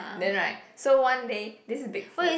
then right so one day this is Big Foot